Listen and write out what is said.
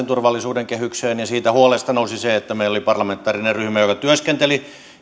turvallisuuden kehykseen ja siitä huolesta nousi se että meillä oli parlamentaarinen ryhmä joka työskenteli